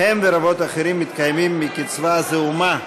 הם ורבבות אחרים מתקיימים מקצבה זעומה.